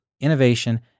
Innovation